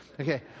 Okay